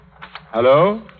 Hello